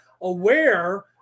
aware